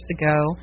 ago